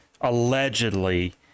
allegedly